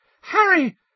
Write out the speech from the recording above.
Harry